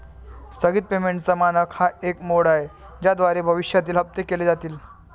स्थगित पेमेंटचा मानक हा एक मोड आहे ज्याद्वारे भविष्यातील हप्ते केले जातील